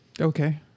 Okay